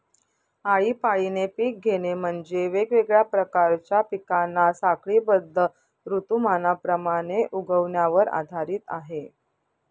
आळीपाळीने पिक घेणे म्हणजे, वेगवेगळ्या प्रकारच्या पिकांना साखळीबद्ध ऋतुमानाप्रमाणे उगवण्यावर आधारित आहे